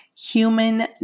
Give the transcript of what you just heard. human